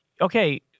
okay